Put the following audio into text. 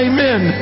Amen